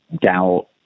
doubt